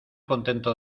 contento